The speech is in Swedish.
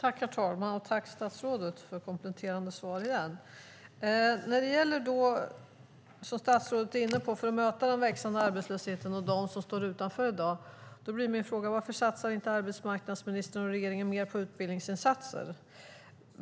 Herr talman! Jag tackar ministern för kompletterande svar. Varför satsar inte arbetsmarknadsministern och regeringen mer på utbildningsinsatser för att möta den växande arbetslösheten och dem som står utanför i dag?